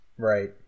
Right